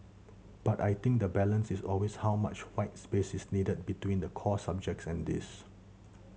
but I think the balance is always how much white space is needed between the core subjects and this